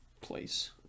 place